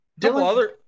Dylan